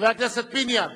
חבר הכנסת פיניאן,